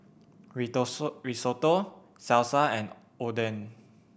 Risotto Salsa and Oden